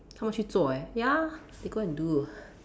他们去做 eh ya they go and do